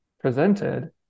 presented